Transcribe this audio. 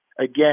again